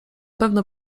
pewno